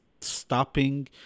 stopping